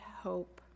hope